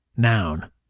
noun